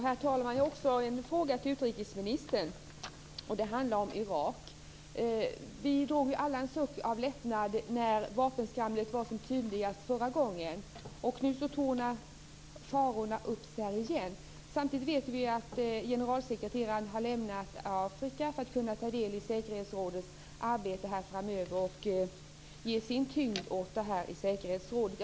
Herr talman! Jag har också en fråga till utrikesministern, och den handlar om Irak. Vi drog alla en suck av lättnad när vapenskramlet var som tydligast förra gången. Nu tornar farorna upp sig igen. Samtidigt vet vi ju att generalsekreteraren har lämnat Afrika för att kunna ta del i säkerhetsrådets arbete framöver och ge sin tyngd åt detta i säkerhetsrådet.